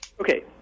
Okay